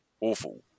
awful